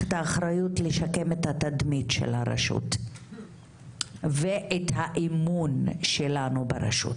האחריות לשקם את התדמית של הרשות ואת האמון שלנו ברשות,